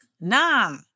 Nah